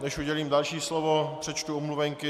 Než udělím další slovo, přečtu omluvenky.